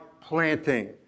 planting